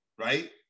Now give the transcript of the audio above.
right